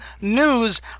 news